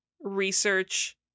research